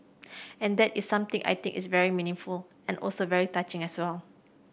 and that is something I think is very meaningful and also very touching as well